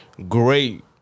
Great